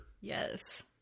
Yes